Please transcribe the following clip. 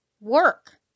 work